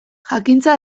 jakintza